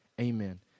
Amen